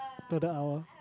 to the hour